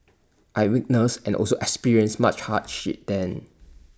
I witnessed and also experienced much hardship then